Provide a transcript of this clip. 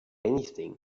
anything